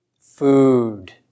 Food